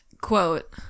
quote